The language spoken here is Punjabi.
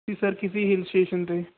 ਜੀ ਸਰ ਕਿਸੇ ਹਿਲ ਸਟੇਸ਼ਨ 'ਤੇ